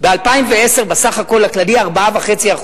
ב-2010 בסך הכול הכללי 4.5%,